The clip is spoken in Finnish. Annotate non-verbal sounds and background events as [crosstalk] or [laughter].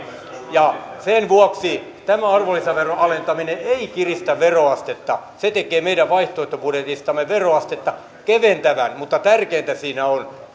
sen vuoksi tämä arvonlisäveron alentaminen ei kiristä veroastetta se tekee meidän vaihtoehtobudjetistamme veroastetta keventävän mutta tärkeintä siinä on [unintelligible]